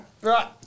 right